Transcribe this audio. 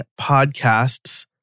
podcasts